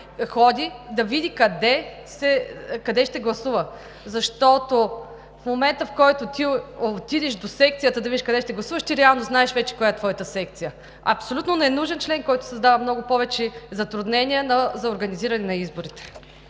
ходи, за да види къде ще гласува? В момента, в който отидеш до секцията, за да видиш къде ще гласуваш, ти вече реално знаеш коя е твоята секция. Абсолютно ненужен член е, който създава много повече затруднения за организирането на изборите.